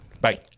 Bye